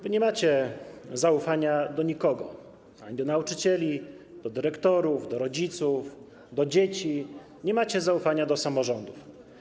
Wy nie macie zaufania do nikogo: ani do nauczycieli, do dyrektorów, ani do rodziców, do dzieci, nie macie zaufania do samorządu.